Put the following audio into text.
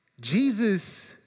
Jesus